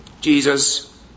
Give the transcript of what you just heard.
Jesus